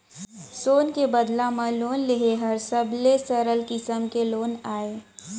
सोन के बदला म लोन लेहे हर सबले सरल किसम के लोन अय